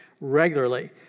regularly